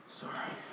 sorry